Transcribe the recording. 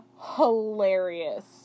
hilarious